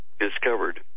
Discovered